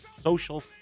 social